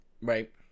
Right